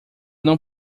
não